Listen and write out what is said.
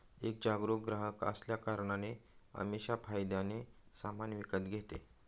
एक जागरूक ग्राहक असल्या कारणाने अमीषा फायद्याने सामान विकत घेते